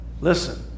Listen